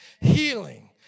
Healing